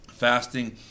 Fasting